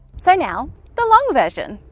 so now the long version!